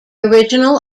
original